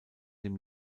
dem